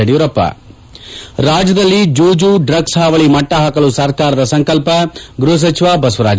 ಯಡಿಯೂರಪ್ಪ ರಾಜ್ಯದಲ್ಲಿ ಜೂಜು ಡ್ರಗ್ಸ್ ಹಾವಳಿ ಮಟ್ಟ ಹಾಕಲು ಸರ್ಕಾರದ ಸಂಕಲ್ವ ಗೃಹ ಸಚಿವ ಬಸವರಾಜ